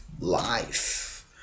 life